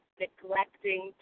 neglecting